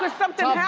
like something